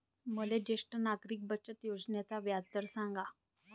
मले ज्येष्ठ नागरिक बचत योजनेचा व्याजदर सांगा